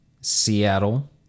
Seattle